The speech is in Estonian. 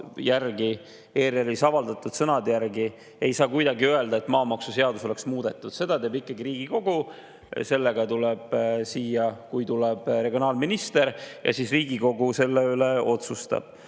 ERR‑is avaldatud sõnade järgi ei saa kuidagi öelda, et maamaksuseadus oleks muudetud. Seda teeb ikkagi Riigikogu. Sellega tuleb siia, kui tuleb, regionaalminister ja siis Riigikogu selle üle otsustab.